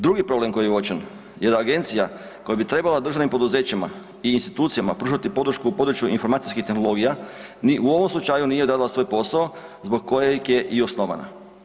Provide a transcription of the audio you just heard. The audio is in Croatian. Drugi problem koji je uočen je da agencija koja bi trebala državnim poduzećima i institucijama pružati podršku u području informacijskih tehnologija ni u ovom slučaju nije odradila svoj posao zbog kojeg je i osnovana.